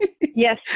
Yes